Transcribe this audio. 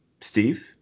Steve